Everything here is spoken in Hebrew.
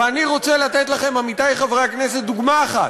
ואני רוצה לתת לכם, עמיתי חברי הכנסת, דוגמה אחת,